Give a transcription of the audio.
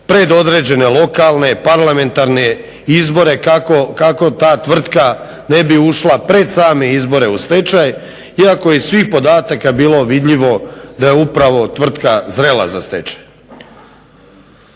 pred određene lokalne, parlamentarne izbore kako ta tvrtka ne bi ušla pred same izbore u stečaj iako je iz svih podatka bilo vidljivo da je upravo tvrtka zrela za stečaj.